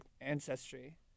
ancestry